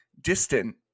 distant